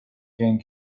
gain